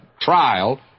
trial